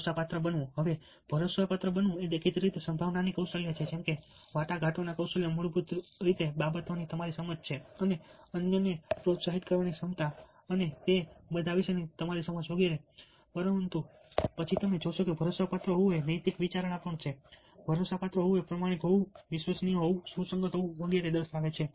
ભરોસાપાત્ર બનવું હવે ભરોસાપાત્ર બનવું એ દેખીતી રીતે સાંભળવાની કૌશલ્ય છે જેમકે વાટાઘાટો કૌશલ્યના મૂળભૂત બાબતોની તમારી સમજ અન્યને પ્રોત્સાહિત કરવાની ક્ષમતા અને તે બધા વિશેની તમારી સમજ વગેરે પરંતુ પછી તમે જોશો કે ભરોસાપાત્ર હોવું એ નૈતિક વિચારણા પણ છે ભરોસાપાત્ર હોવું એ પ્રમાણિક હોવું વિશ્વસનીય હોવું સુસંગત હોવું છે